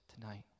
tonight